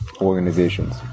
organizations